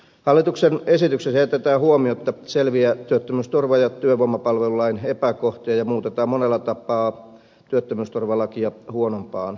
hallituksen esityksessä jätetään huomiotta selviä työttömyysturva ja työvoimapalvelulain epäkohtia ja muutetaan monella tapaa työttömyysturvalakia huonompaan suuntaan